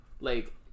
Like-